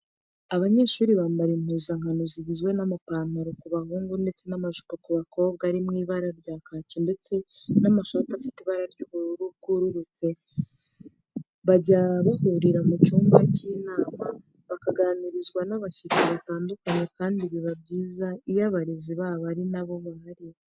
Abanyeshuri bambara impuzankano zigizwe n'amapantaro ku bahungu ndetse n'amajipo ku bakobwa ari mu ibara rya kaki ndetse n'amashati afite ibara ry'ubururu bwerurutse bajya bahurira mu cyumba cy'inama bakaganirizwa n'abashyitsi batandukanye kandi biba byiza iyo abarezi babo na bo bahari.